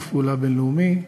לשיתוף פעולה בין-לאומי,